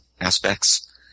aspects